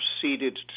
proceeded